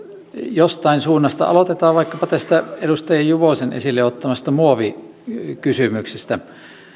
jostain suunnasta aloitetaan vaikkapa edustaja juvosen esille ottamasta muovikysymyksestä